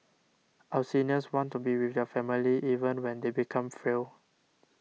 our seniors want to be with their family even when they become frail